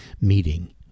meeting